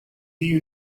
you